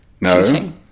No